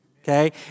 Okay